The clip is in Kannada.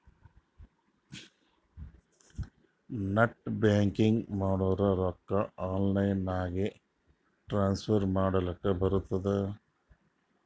ನೆಟ್ ಬ್ಯಾಂಕಿಂಗ್ ಮಾಡುರ್ ರೊಕ್ಕಾ ಆನ್ಲೈನ್ ನಾಗೆ ಟ್ರಾನ್ಸ್ಫರ್ ಮಾಡ್ಲಕ್ ಬರ್ತುದ್